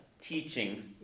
teachings